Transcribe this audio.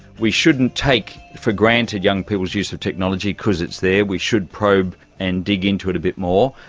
we shouldn't take for granted young people's use of technology because it's there, we should probe and dig into it a bit more,